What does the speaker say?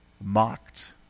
mocked